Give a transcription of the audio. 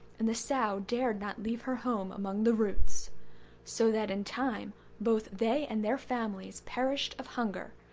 and the sow dared not leave her home among the roots so that in time both they and their families perished of hunger,